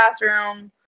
bathroom